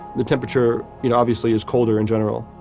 the temperature obviously is colder in general,